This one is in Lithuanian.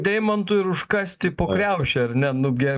deimantų ir užkasti po kriauše ar ne nu ge